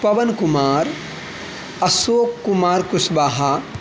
Pawan Kumar Ashok Kumar Kushwaha